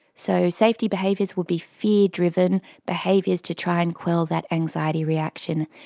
so safety behaviours will be fear driven behaviours to try and quell that anxiety reaction.